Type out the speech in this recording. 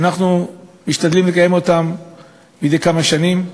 שאנחנו משתדלים לקיים אותן מדי כמה שנים.